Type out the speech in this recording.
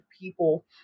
people